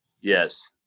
Yes